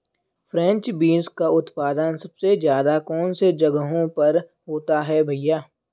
French beans का उत्पादन सबसे ज़्यादा कौन से जगहों पर होता है भैया?